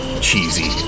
cheesy